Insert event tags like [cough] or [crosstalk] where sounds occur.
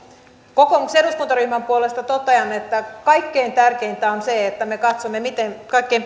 kokoomuksen eduskuntaryhmän puolesta totean että kaikkein tärkeintä on se että me katsomme miten kaikkein [unintelligible]